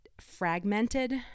fragmented